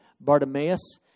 Bartimaeus